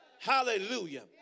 Hallelujah